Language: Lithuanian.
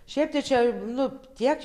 šiaip tai čia nu tiek